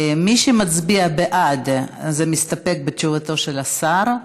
מי שמצביע בעד מסתפק בתשובתו של השר.